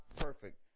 perfect